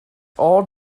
all